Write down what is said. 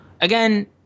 again